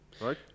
Right